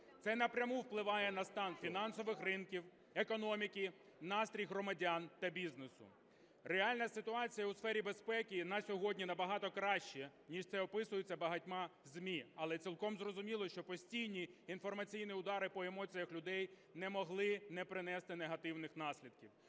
Це напряму впливає на стан фінансових ринків, економіки, настрій громадян та бізнесу. Реальна ситуація у сфері безпеки на сьогодні набагато краща, ніж це описується багатьма ЗМІ. Але цілком зрозуміло, що постійні інформаційні удари по емоціях людей не могли не принести негативних наслідків,